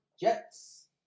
Jets